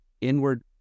inward